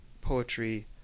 poetry